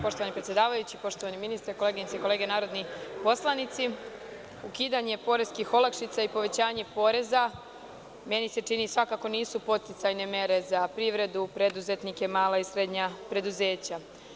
Poštovani ministri, koleginice i kolege narodni poslanici, ukidanje poreskih olakšica i povećanje poreza meni se čini nisu svakako podsticajne mere za privredu, preduzetnike, mala i srednja preduzeća.